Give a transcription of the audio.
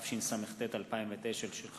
התשס”ט 2009, מאת